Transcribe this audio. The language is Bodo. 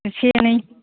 इसे एनै